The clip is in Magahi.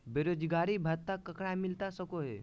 बेरोजगारी भत्ता ककरा मिलता सको है?